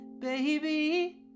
baby